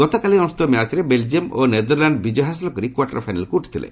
ଗତକାଲି ଅନୁଷ୍ଠିତ ମ୍ୟାଚ୍ରେ ବେଲ୍ଜିୟମ୍ ଓ ନେଦରଲ୍ୟାଣ୍ଡ୍ ବିଜୟ ହାସଲ କରି କ୍ପାର୍ଟର ଫାଇନାଲ୍କୁ ଉଠିଥିଲେ